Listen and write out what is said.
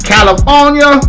California